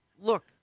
look